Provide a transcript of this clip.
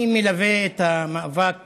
אני מלווה את המאבק